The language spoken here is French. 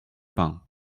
pins